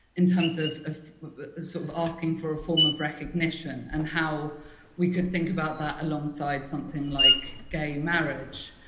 in terms of of sort of asking for a form of recognition and how we could think about that alongside something like gay marriage.